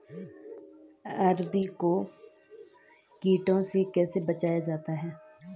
अरबी को कीटों से कैसे बचाया जाए?